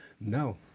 No